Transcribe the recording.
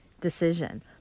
decision